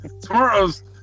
Tomorrow's